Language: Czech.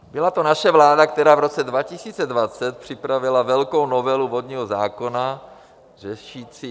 Byla to naše vláda, která v roce 2020 připravila velkou novelu vodního zákona řešící sucho.